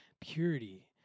purity